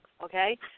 okay